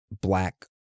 black